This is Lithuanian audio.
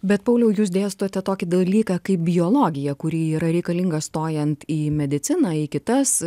bet pauliau jūs dėstote tokį dalyką kaip biologija kuri yra reikalinga stojant į mediciną į kitas